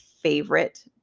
favorite